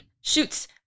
shoots